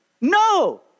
No